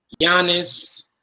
Giannis